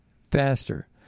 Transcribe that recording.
faster